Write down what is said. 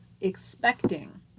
expecting